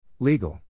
Legal